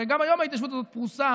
הרי גם היום ההתיישבות הזאת פרוסה